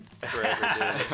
forever